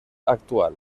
actual